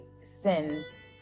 sins